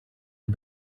her